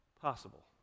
Possible